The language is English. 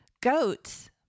Goats